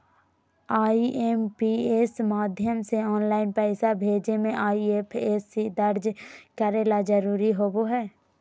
IMPS माध्यम से online पैसा भेजे मे आई.एफ.एस.सी दर्ज करे ला जरूरी होबो हय